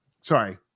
Sorry